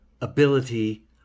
ability